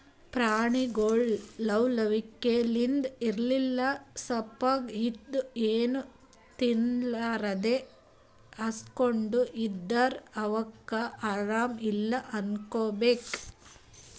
ಪ್ರಾಣಿಗೊಳ್ ಲವ್ ಲವಿಕೆಲಿಂತ್ ಇರ್ಲಿಲ್ಲ ಸಪ್ಪಗ್ ಇದ್ದು ಏನೂ ತಿನ್ಲಾರದೇ ಹಸ್ಕೊಂಡ್ ಇದ್ದರ್ ಅವಕ್ಕ್ ಆರಾಮ್ ಇಲ್ಲಾ ಅನ್ಕೋಬೇಕ್